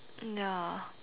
ya